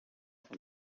from